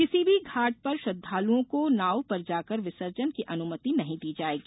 किसी भी घाट पर श्रद्धालुओं को नाव पर मूर्ति विसर्जन की अनुमति नहीं दी जाएगी